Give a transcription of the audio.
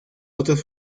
otros